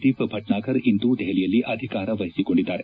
ದೀಪ್ ಭಟ್ತಾಗರ್ ಇಂದು ದೆಹಲಿಯಲ್ಲಿ ಅಧಿಕಾರ ವಹಿಸಿಕೊಂಡಿದ್ದಾರೆ